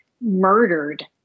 murdered